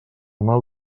mal